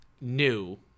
new